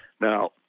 Now